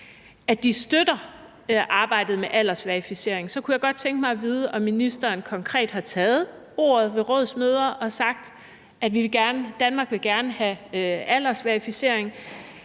at de støtter arbejdet med aldersverificering, så kunne jeg godt tænke mig at vide, om ministeren konkret har taget ordet ved rådsmøder og sagt, at Danmark gerne vil have aldersverificering.